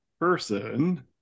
person